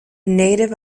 native